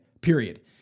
period